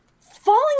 falling